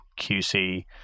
QC